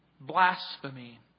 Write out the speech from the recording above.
blasphemy